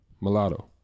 Mulatto